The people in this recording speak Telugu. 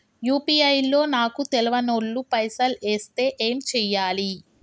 యూ.పీ.ఐ లో నాకు తెల్వనోళ్లు పైసల్ ఎస్తే ఏం చేయాలి?